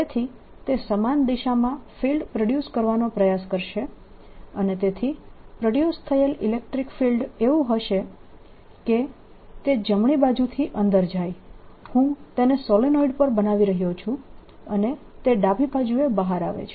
તેથી તે સમાન દિશામાં ફિલ્ડ પ્રોડ્યુસ કરવાનો પ્રયાસ કરશે અને તેથી પ્રોડ્યુસ થયેલ ઇલેક્ટ્રીક ફિલ્ડ એવું હશે કે તે જમણી બાજુથી અંદર જાય હું તેને સોલેનોઇડ પર બનાવી રહ્યો છું અને તે ડાબી બાજુએ બહાર આવે છે